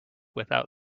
without